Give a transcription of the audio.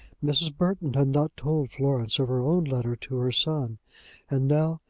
mrs. burton had not told florence of her own letter to her son and now,